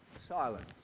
silence